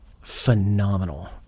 Phenomenal